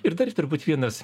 ir dar turbūt vienas